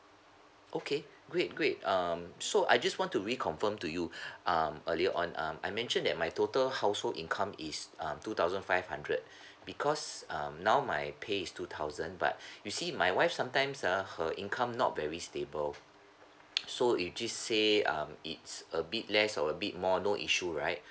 okay great great um so I just want to reconfirm to you um earlier on um I mention that my total household income is um two thousand five hundred because um now my pay is two thousand but you see my wife sometimes uh her income not very stable so if just say um it's a bit less or a bit more no issue right